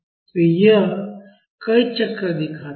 तो यह कई चक्र दिखाता है